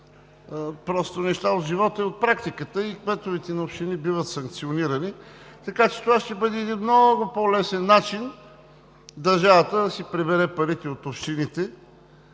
просто неща от живота и от практиката и кметовете на общини биват санкционирани. Така че това ще бъде един много по-лесен начин държавата да си прибере парите от общините.